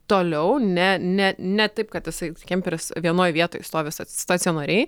toliau ne ne ne taip kad tasai kemperis vienoj vietoj stovi sta stacionariai